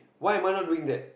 why am I not doing that